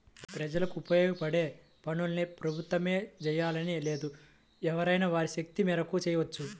ప్రజలకు ఉపయోగపడే పనుల్ని ప్రభుత్వమే జెయ్యాలని లేదు ఎవరైనా వారి శక్తి మేరకు చెయ్యొచ్చు